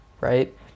right